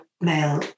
male